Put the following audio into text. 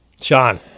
Sean